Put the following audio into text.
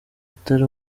atari